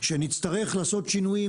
שנצטרך לעשות שינויים,